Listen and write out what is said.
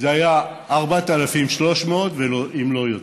היה 4,300, אם לא יותר,